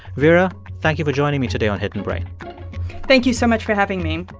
vera, thank you for joining me today on hidden brain thank you so much for having me